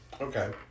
Okay